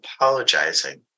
apologizing